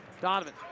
Donovan